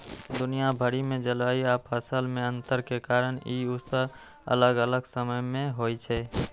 दुनिया भरि मे जलवायु आ फसल मे अंतर के कारण ई उत्सव अलग अलग समय मे होइ छै